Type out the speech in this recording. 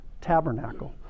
tabernacle